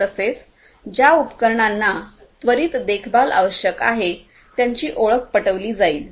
तसेच ज्या उपकरणांना त्वरित देखभाल आवश्यक आहे त्यांची ओळख पटविली जाईल